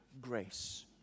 grace